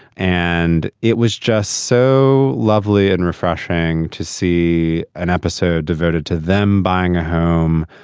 and it was just so lovely and refreshing to see an episode devoted to them buying a home,